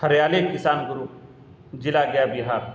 ہریالی کسان گرو ضلع گیا بہار